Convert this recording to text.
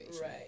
right